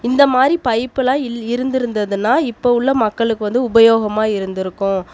இந்த மாதிரி பைப்புலாம் இருந்திருந்துதுனா இப்போ உள்ள மக்களுக்கு வந்து உபயோகமாக இருந்திருக்கும்